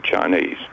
Chinese